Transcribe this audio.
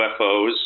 UFOs